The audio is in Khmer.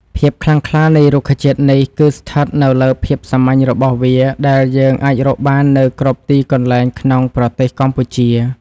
ភាពខ្លាំងក្លានៃរុក្ខជាតិនេះគឺស្ថិតនៅលើភាពសាមញ្ញរបស់វាដែលយើងអាចរកបាននៅគ្រប់ទីកន្លែងក្នុងប្រទេសកម្ពុជា។